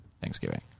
thanksgiving